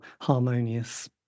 harmonious